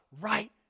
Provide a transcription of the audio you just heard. right